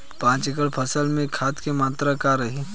पाँच एकड़ फसल में खाद के मात्रा का रही?